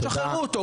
תשחררו אותו,